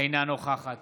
אינה נוכחת